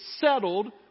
settled